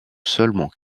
seulement